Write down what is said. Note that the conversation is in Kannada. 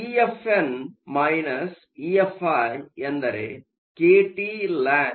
ಆದ್ದರಿಂದ EFn EFi ಎಂದರೆ kT ln NDNi